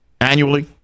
annually